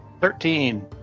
Thirteen